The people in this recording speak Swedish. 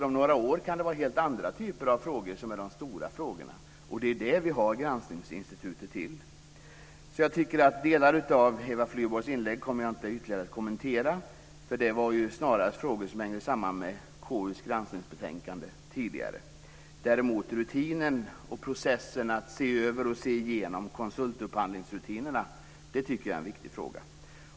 Om några år kan det vara helt andra typer av frågor som är de stora frågorna. Det är det som granskningsinstituten är till för. Jag tänker inte ytterligare kommentera Eva Flyborgs anförande. Det innehöll ju snarare frågor som hängde samman med konstitutionsutskottets tidigare granskningsbetänkande. Processen att gå igenom rutinerna för konsultupphandling är däremot en viktig fråga.